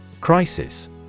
Crisis